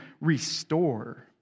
restore